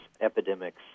epidemics